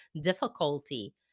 difficulty